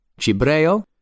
Cibreo